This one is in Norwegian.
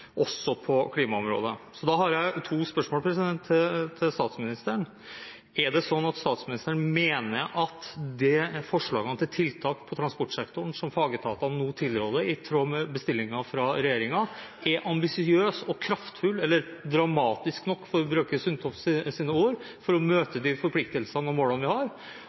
også på klimaområdet. Så da har jeg to spørsmål til statsministeren. Er det slik at statsministeren mener at forslagene til tiltak på transportsektoren som fagetatene nå tilråder, i tråd med bestillingen fra regjeringen, er ambisiøse og kraftfulle nok – eller «dramatiske» nok, for å bruke Sundtoft sine ord – til å møte de forpliktelsene og målene vi har?